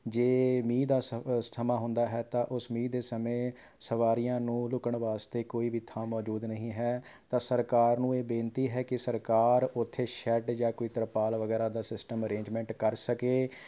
ਜੇ ਮੀਂਹ ਦਾ ਸ ਸਮਾਂ ਹੁੰਦਾ ਹੈ ਤਾਂ ਉਸ ਮੀਂਹ ਦੇ ਸਮੇਂ ਸਵਾਰੀਆਂ ਨੂੰ ਲੁਕਣ ਵਾਸਤੇ ਕੋਈ ਵੀ ਥਾਂ ਮੌਜੂਦ ਨਹੀਂ ਹੈ ਤਾਂ ਸਰਕਾਰ ਨੂੰ ਇਹ ਬੇਨਤੀ ਹੈ ਕਿ ਸਰਕਾਰ ਉੱਥੇ ਸ਼ੈੱਡ ਜਾਂ ਕੋਈ ਤਰਪਾਲ ਵਗੈਰਾ ਦਾ ਸਿਸਟਮ ਅਰੇਜਮੈਂਟ ਕਰ ਸਕੇ